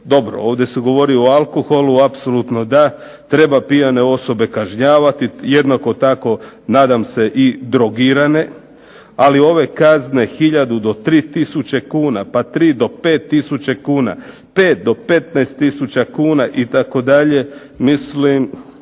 dobro ovdje se govori o alkoholu, apsolutno da, treba pijane osobe kažnjavati, jednako tako nadam se i drogirane, ali ove kazne 1000 do 3000 kuna, pa 3 do 5000 kuna, 5 do 15 000 kuna, tako dalje,